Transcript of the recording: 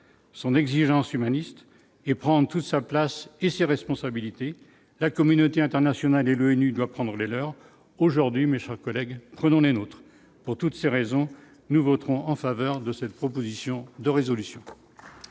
son exigence humaniste et prendre toute sa place et ses responsabilités, la communauté internationale et l'ONU doivent prendre la leur aujourd'hui, mais son collègue, prenons les nôtres pour toutes ces raisons, nous voterons en faveur de cette proposition de résolution.